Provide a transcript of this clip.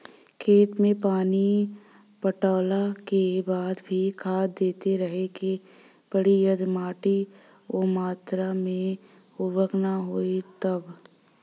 खेत मे पानी पटैला के बाद भी खाद देते रहे के पड़ी यदि माटी ओ मात्रा मे उर्वरक ना होई तब?